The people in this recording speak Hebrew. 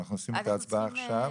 אנחנו עושים את ההצבעה עכשיו?